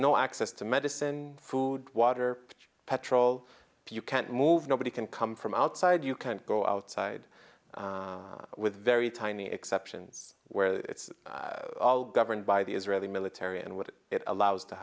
no access to medicine food water petrol you can't move nobody can come from outside you can't go outside with very tiny exceptions where it's all governed by the israeli military and what it allows to